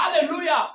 Hallelujah